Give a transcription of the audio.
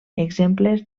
exemples